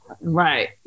Right